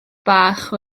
bach